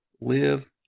Live